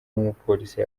n’umupolisi